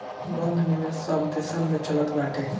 बंध निवेश सब देसन में चलत बाटे